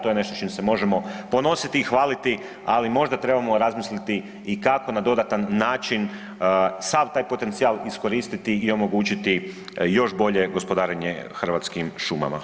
To je nešto s čim se možemo ponositi i hvaliti, ali možda trebamo razmisliti i kako na dodatan način sav taj potencijal iskoristiti i omogućiti još bolje gospodarenje Hrvatskim šumama.